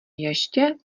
ještě